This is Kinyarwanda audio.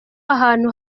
ahantu